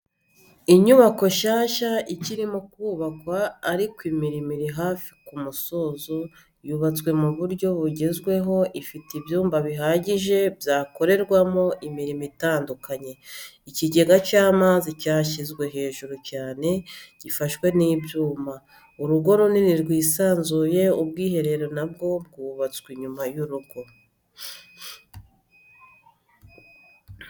Inyubako nshyashya ikirimo kubakwa ariko imirimo iri hafi ku musozo yubatswe mu buryo bugezweho ifite ibyumba bihagije byakorerwamo imirimo itandukanye, ikigega cy'amazi cyashyizwe hejuru cyane gifashwe n'ibyuma, urugo runini rwisanzuye, ubwiherero nabwo bwubatswe inyuma y'urugo.